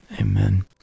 Amen